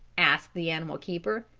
asked the animal keeper.